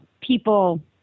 people